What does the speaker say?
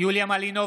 יוליה מלינובסקי,